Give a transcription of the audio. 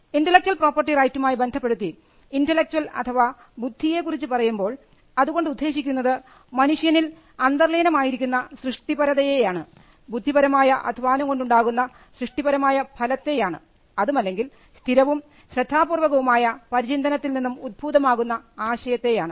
intellectual property റൈറ്റുമായി ബന്ധപ്പെടുത്തി intellectual അഥവാ ബുദ്ധിയെ കുറിച്ച് പറയുമ്പോൾ അതുകൊണ്ട് ഉദ്ദേശിക്കുന്നത് മനുഷ്യനിൽ അന്തർലീനമായിരിക്കുന്ന സൃഷ്ടിപരതയെയാണ് ബുദ്ധിപരമായ അധ്വാനം കൊണ്ട് ഉണ്ടാകുന്ന സൃഷ്ടിപരമായ ഫലത്തെയാണ് അതുമല്ലെങ്കിൽ സ്ഥിരവും ശ്രദ്ധാപൂർവ്വകവുമായ പരിചിന്തനത്തിൽ നിന്നും ഉദ്ഭൂതമാകുന്ന ആശയത്തെയാണ്